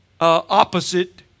opposite